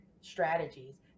strategies